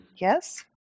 yes